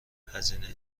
هزینه